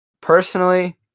personally